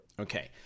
Okay